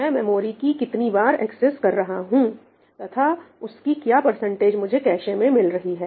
मैं मेमोरी को कितनी बार एक्सेस कर रहा हूं तथा उसकी क्या परसेंटेज मुझे कैशे में मिल रही है